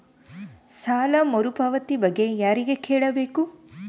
ಸಾಲ ಮರುಪಾವತಿ ಬಗ್ಗೆ ಯಾರಿಗೆ ಕೇಳಬೇಕು?